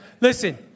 Listen